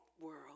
world